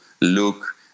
look